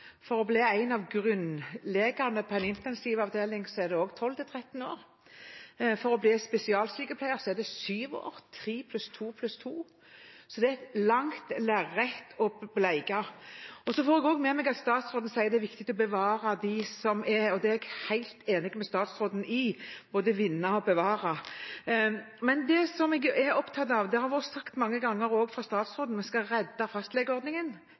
tre pluss to pluss to, er det et langt lerret å bleke. Så får jeg også med meg at statsråden sier det er viktig å bevare dem som er, og det er jeg helt enig med statsråden i – både vinne og bevare. Men det jeg er opptatt av – og det har vært sagt mange ganger også av statsråden – er at vi skal redde fastlegeordningen.